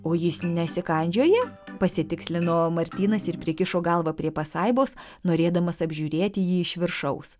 o jis nesikandžioja pasitikslino martynas ir prikišo galvą prie pasaibos norėdamas apžiūrėti jį iš viršaus